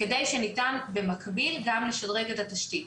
כדי שניתן במקביל גם לשדרג את התשתית.